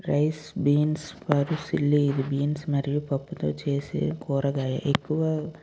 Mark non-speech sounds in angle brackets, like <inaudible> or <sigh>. rice beans <unintelligible> beans మరియు పప్పుతో చేసే కూరగాయ ఎక్కువ